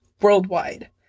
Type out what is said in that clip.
worldwide